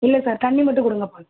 இல்லை சார் தண்ணி மட்டும் கொடுங்க போதும்